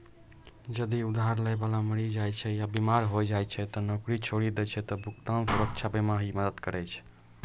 जदि उधार लै बाला मरि जाय छै या बीमार होय जाय छै या नौकरी छोड़ि दै छै त भुगतान सुरक्षा बीमा ही मदद करै छै